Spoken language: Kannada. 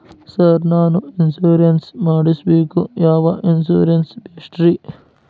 ಸರ್ ನಾನು ಇನ್ಶೂರೆನ್ಸ್ ಮಾಡಿಸಬೇಕು ಯಾವ ಇನ್ಶೂರೆನ್ಸ್ ಬೆಸ್ಟ್ರಿ?